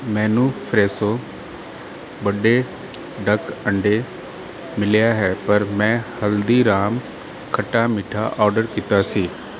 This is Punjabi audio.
ਮੈਨੂੰ ਫਰੈਸ਼ੋ ਵੱਡੇ ਡਕ ਅੰਡੇ ਮਿਲਿਆ ਹੈ ਪਰ ਮੈਂ ਹਲਦੀਰਾਮ ਖੱਟਾ ਮੀਠਾ ਆਰਡਰ ਕੀਤਾ ਸੀ